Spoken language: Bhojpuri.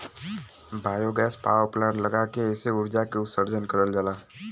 बायोगैस पावर प्लांट लगा के एसे उर्जा के उत्सर्जन करल जाला